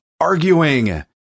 arguing